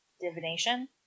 divination